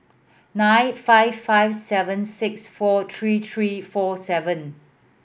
nine five five seven six four three three four seven